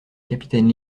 capitaine